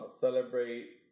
celebrate